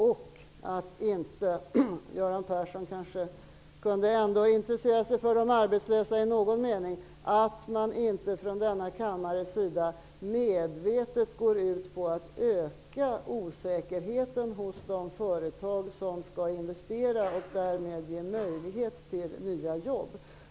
Göran Persson kanske ändå i någon mening kunde intressera sig för de arbetslösa och inte medvetet från denna kammare medverka till att öka osäkerheten hos de företag som skall investera och därmed ge möjligheter till nya jobb.